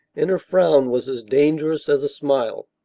and her frown was as dangerous as a smile.